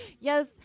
Yes